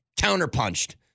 counterpunched